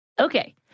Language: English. Okay